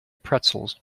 pretzels